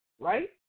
right